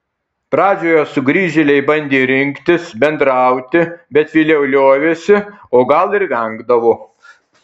pradžioje sugrįžėliai bandė rinktis bendrauti bet vėliau liovėsi o gal ir vengdavo